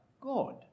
God